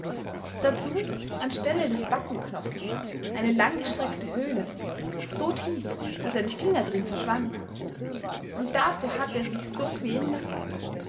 dazu an stelle des backenknochens eine langgestreckte höhle so tief daß ein finger drin verschwand und dafür hatte er sich so quälen lassen